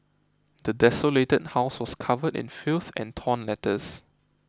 the desolated house was covered in filth and torn letters